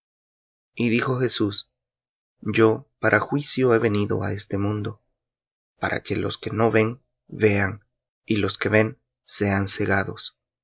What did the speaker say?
y dijo jesús yo para juicio he venido á este mundo para que los que no ven vean y los que ven sean cegados